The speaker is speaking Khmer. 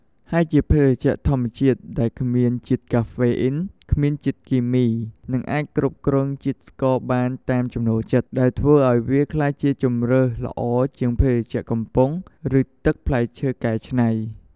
ហើយវាជាភេសជ្ជៈធម្មជាតិដែលគ្មានជាតិកាហ្វេអ៊ីន គ្មានជាតិគីមី និងអាចគ្រប់គ្រងជាតិស្ករបានតាមចំណូលចិត្ត ដែលធ្វើឲ្យវាក្លាយជាជម្រើសល្អជាងភេសជ្ជៈកំប៉ុង ឬទឹកផ្លែឈើកែច្នៃ។